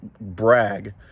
brag